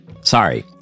Sorry